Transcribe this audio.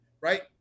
right